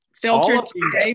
filtered